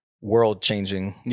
world-changing